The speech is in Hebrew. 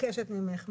ממך,